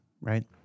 right